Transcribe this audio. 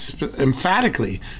emphatically